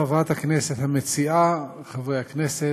חברת הכנסת המציעה, חברי הכנסת,